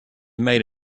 made